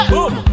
Boom